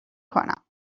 کنم